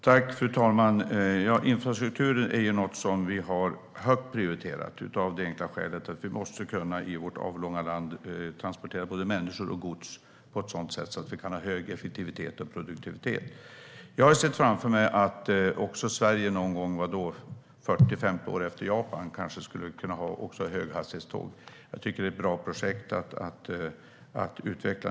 Fru talman! Infrastrukturen är något som är högt prioriterat, av det enkla skälet att vi i vårt avlånga land måste kunna transportera både människor och gods på ett sådant sätt att vi kan ha hög effektivitet och produktivitet. Jag har sett framför mig att också Sverige någon gång - 40-50 år efter Japan - kanske skulle kunna ha höghastighetståg. Jag tycker att det är ett bra projekt att utveckla.